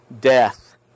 death